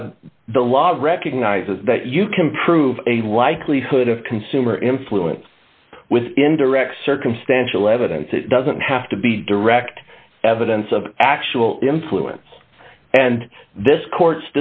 y the law recognizes that you can prove a likelihood of consumer influence with indirect circumstantial evidence it doesn't have to be direct evidence of actual influence and this court